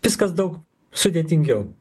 viskas daug sudėtingiau